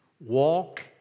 Walk